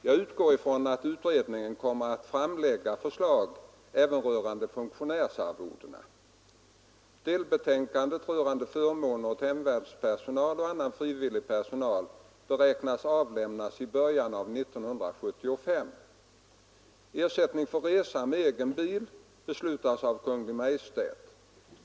Jag utgår ifrån att utredningen kommer att framlägga förslag även rörande funktionärsarvodena. Delbetänkandet rörande förmåner åt hemvärnspersonal och annan frivillig personal beräknas avlämnas i början av 1975. Ersättning för resa med egen bil beslutas av Kungl. Maj:t.